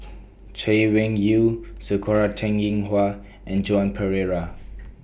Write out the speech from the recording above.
Chay Weng Yew Sakura Teng Ying Hua and Joan Pereira